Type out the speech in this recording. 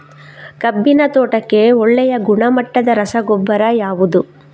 ಕಬ್ಬಿನ ತೋಟಕ್ಕೆ ಒಳ್ಳೆಯ ಗುಣಮಟ್ಟದ ರಸಗೊಬ್ಬರ ಯಾವುದು?